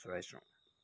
চৰাইচোং